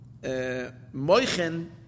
moichen